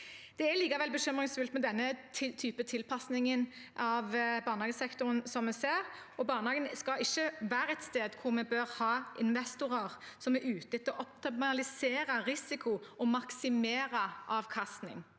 Det er likevel bekymringsfullt med denne typen tilpasning av barnehagesektoren som vi ser. Barnehagen skal ikke være et sted der vi bør ha investorer som er ute etter å optimalisere risiko og maksimere avkastning.